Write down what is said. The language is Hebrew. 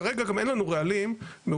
כרגע גם אין לנו רעלים מאושרים,